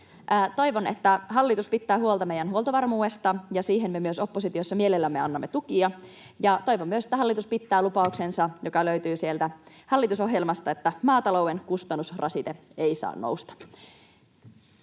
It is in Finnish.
Toivon, että hallitus pitää huolta meidän huoltovarmuudesta, ja siihen me myös oppositiossa mielellämme annamme tukea. Toivon myös, että hallitus pitää lupauksensa, joka löytyy sieltä hallitusohjelmasta, että maatalouden kustannusrasite ei saa nousta.